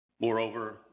Moreover